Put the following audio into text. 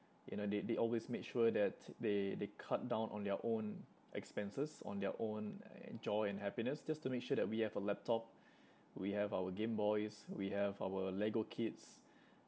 you know they they always made sure that they they cut down on their own expenses on their own uh joy and happiness just to make sure that we have a laptop we have our gameboys we have our Lego kits